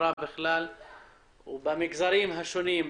בחברה בכלל ובמגזרים השונים,